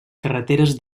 carreteres